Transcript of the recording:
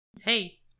Hey